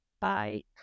bye